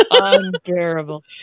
unbearable